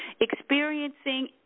experiencing